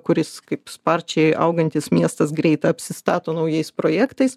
kuris kaip sparčiai augantis miestas greit apsistato naujais projektais